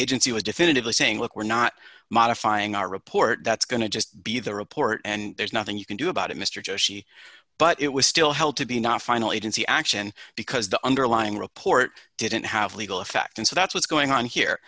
agency was definitively saying look we're not modifying our report that's going to just be the report and there's nothing you can do about it mr joshi but it was still held to be not final agency action because the underlying report didn't have a legal effect and so that's what's going on here